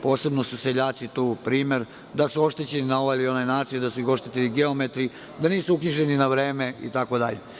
Posebno su seljaci tu primer, da su oštećeni na ovaj ili onaj način, da su ih oštetili geometri, da nisu uknjiženi na vreme, itd.